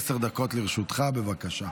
עשר דקות לרשותך, בבקשה.